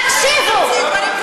תקשיבו,